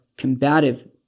combative